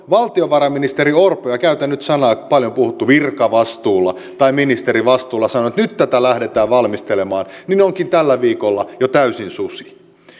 valtiovarainministeri orpo paljon puhutulla virkavastuulla tai ministerivastuulla sanoi että nyt tätä lähdetään valmistelemaan onkin tällä viikolla jo täysin susi